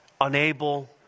Unable